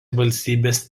valstybės